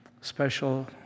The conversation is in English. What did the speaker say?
special